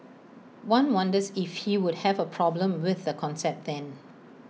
one wonders if he would have A problem with the concept then